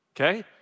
Okay